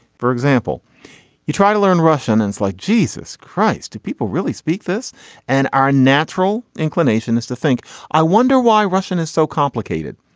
for example you try to learn russian and it's like jesus christ. people really speak this and our natural inclination is to think i wonder why russian is so complicated.